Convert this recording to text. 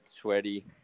sweaty